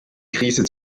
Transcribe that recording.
krise